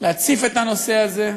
להציף את הנושא הזה,